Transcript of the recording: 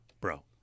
bro